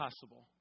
possible